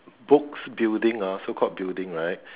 books building ah so called building right